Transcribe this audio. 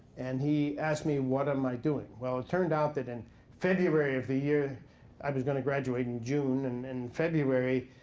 and he asked me, what am i doing? well, it turned out that in february of the year i was going to graduate in june. and and february,